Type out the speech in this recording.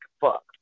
Fuck